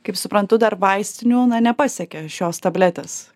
kaip suprantu dar vaistinių na nepasiekė šios tabletės